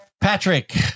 Patrick